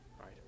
Right